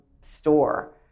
store